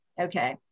okay